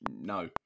No